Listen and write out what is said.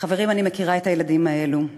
"חברים, אני מכירה את הילדים האלה,